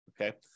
Okay